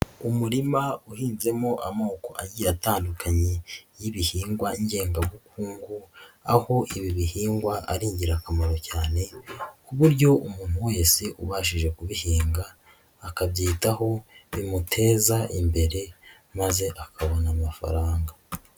Umurima uhinzemo amoko agiye atandukanye y'ibihingwa ngengabukungu, aho ibi bihingwa ari ingirakamaro cyane ku buryo umuntu wese ubashije kubihinga akabyitaho, bimuteza imbere maze akabona amafaranga.